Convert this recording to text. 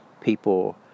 people